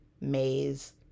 maze